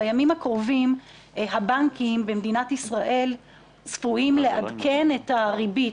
בימים הקרובים הבנקים במדינת ישראל צפויים לעדכן את הריבית.